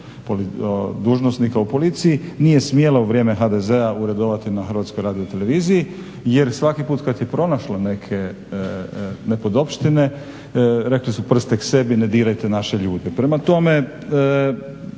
dužnosnika u policiji nije smjela u vrijeme HDZ-a uredovati na HRT-u jer svaki put kad je pronašla neke nedopoštine rekli su prste k sebi, ne dirajte naše ljude. Prema tome